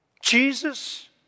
Jesus